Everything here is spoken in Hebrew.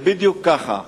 זה בדיוק כך.